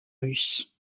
russe